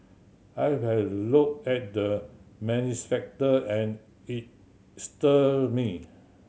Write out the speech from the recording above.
I have looked at the manifesto and it stir me